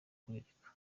kubireka